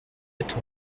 être